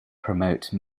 promote